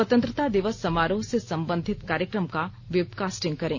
स्वतंत्रता दिवस समारोह से संबंधित कार्यकम का वेबकास्टिंग करें